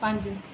ਪੰਜ